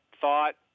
thought